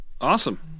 Awesome